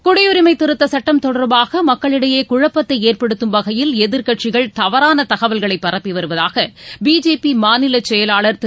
குடியுரிமை திருத்தச் சுட்டம் தொடர்பாக மக்களிடையே குழப்பத்தை ஏற்படுத்தும் வகையில் எதிர்க்கட்சிகள் தவறான தகவல்களை பரப்பி வருவதாக பிஜேபி மாநில செயலாளர் திரு